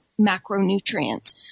macronutrients